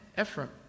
Ephraim